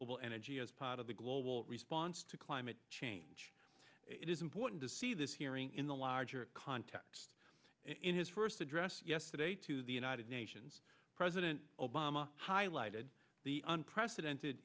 moron well energy as part of the global response to climate change it is important to see this hearing in the larger context in his first address yesterday to the united nations president obama highlighted the unprecedented